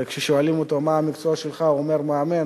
וכששואלים אותו מה המקצוע שלו והוא אומר: מאמן,